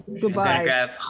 Goodbye